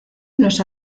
los